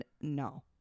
no